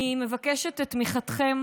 אני מבקשת את תמיכתכם